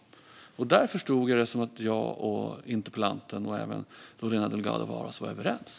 Där förstod jag det som att jag och interpellanten och även Lorena Delgado Varas var överens.